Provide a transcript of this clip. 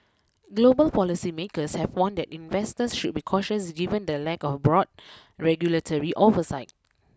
global policy makers have warned that investors should be cautious given the lack of broad regulatory oversight